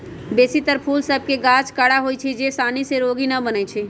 बेशी तर फूल सभ के गाछ कड़ा होइ छै जे सानी से रोगी न बनै छइ